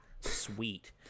sweet